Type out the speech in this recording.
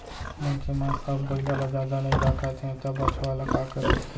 मनसे मन अब बइला ल जादा नइ राखत हें त बछवा ल का करहीं